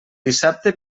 dissabte